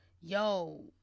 yo